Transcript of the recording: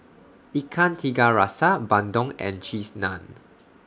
Ikan Tiga Rasa Bandung and Cheese Naan